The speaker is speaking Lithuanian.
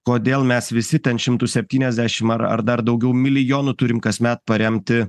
kodėl mes visi ten šimtu septyniasdešim ar ar dar daugiau milijonų turim kasmet paremti